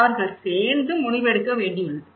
அவர்கள் சேர்ந்து முடிவெடுக்க வேண்டியுள்ளது